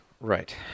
Right